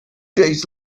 days